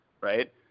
right